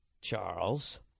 Charles